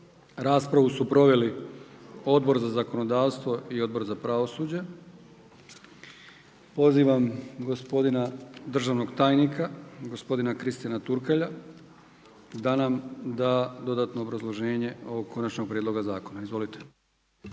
Raspravu su proveli Odbor za zakonodavstvo i Odbor za pravosuđe. Pozivam gospodina državnog tajnika gospodina Kristijana Turkalja da nam da dodatno obrazloženje ovog konačnog prijedloga zakona. Izvolite.